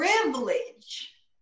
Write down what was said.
privilege